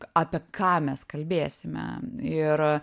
apie ką mes kalbėsime ir